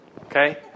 okay